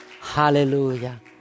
Hallelujah